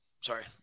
Sorry